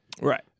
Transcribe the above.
Right